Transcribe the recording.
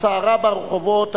הסערה ברחובות,